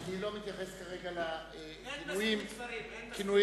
אני לא מתייחס כרגע לכינויי הממשלה.